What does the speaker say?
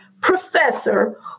professor